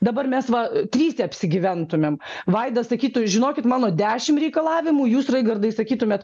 dabar mes va trys apsigyventumėm vaidas sakytų žinokit mano dešim reikalavimų jūs reigardai sakytumėt